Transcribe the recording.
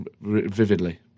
vividly